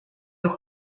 los